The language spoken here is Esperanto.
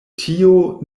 tio